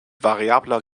variabler